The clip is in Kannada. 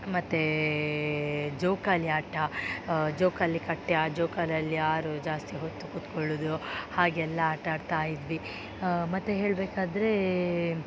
ಮತ್ತು ಜೋಕಾಲಿ ಆಟ ಜೋಕಾಲಿ ಕಟ್ಟಿ ಆ ಜೋಕಾಲ್ಯಲ್ಲಿ ಯಾರು ಜಾಸ್ತಿ ಹೊತ್ತು ಕೂತ್ಕೊಳ್ಳೋದು ಹಾಗೆಲ್ಲ ಆಟ ಆಡ್ತಾಯಿದ್ವಿ ಮತ್ತು ಹೇಳಬೇಕಾದ್ರೇ